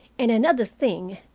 and another thing.